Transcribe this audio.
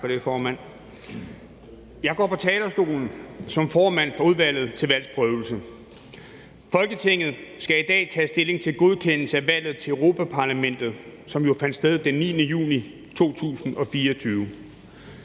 Jeg går på talerstolen som formand for Udvalget til Valgs Prøvelse. Folketinget skal i dag tage stilling til godkendelse af valget til Europa-Parlamentet, som jo fandt sted den 9. juni 2024.